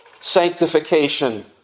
sanctification